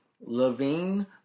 Levine